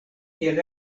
kiel